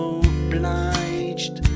obliged